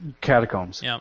Catacombs